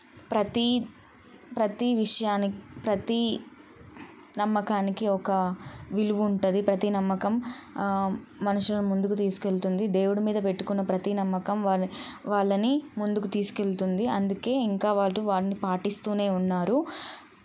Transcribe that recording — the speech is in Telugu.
ప్రతీ ప్రతీ విషయానికి ప్రతీ నమ్మకానికి ఒక విలువ ఉంటుంది ప్రతీ నమ్మకం మనుషుల ముందుకు తీసుకెళుతుంది దేవుడు మీద పెట్టుకున్న ప్రతీ నమ్మకం వారి వాళ్ళని ముందుకు తీసుకెళుతుంది అందుకే ఇంకా వారు వాటిని పాటిస్తూనే ఉన్నారు